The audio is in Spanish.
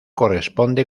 corresponde